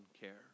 care